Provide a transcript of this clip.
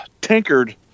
tinkered